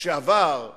שעברה